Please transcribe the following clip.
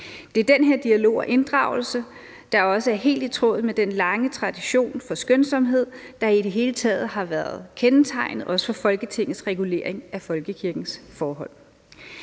Det er den her dialog og inddragelse, der også er helt i tråd med den lange tradition for skønsomhed, der i det hele taget har været kendetegnet, også for Folketingets regulering af folkekirkens forhold.